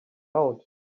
out